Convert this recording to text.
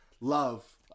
love